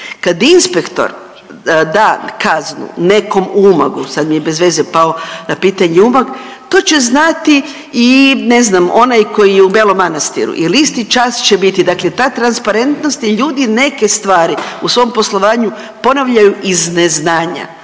kad inspektor da kaznu nekom u Umagu, sad mi je bez veze pao na pitanje Umag to će znati i ne znam koji je u Belom Manastiru, jer isti čas će biti. Dakle, ta transparentnost ljudi neke stvari u svom poslovanju ponavljaju iz neznanja